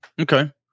Okay